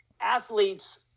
athletes